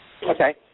Okay